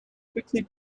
quickly